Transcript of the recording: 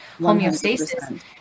homeostasis